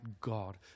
God